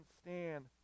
stand